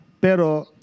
Pero